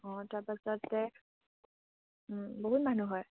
অঁ তাৰপাছতে বহুত মানুহ হয়